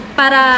para